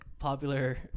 popular